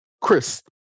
Chris